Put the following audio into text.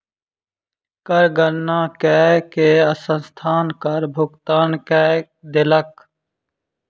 कर गणना कय के संस्थान कर भुगतान कय देलक